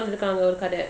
கெடயாது:kedayathu